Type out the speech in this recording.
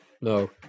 No